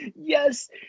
Yes